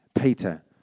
Peter